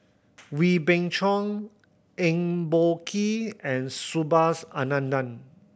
Wee Beng Chong Eng Boh Kee and Subhas Anandan